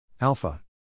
alpha